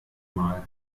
mal